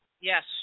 Yes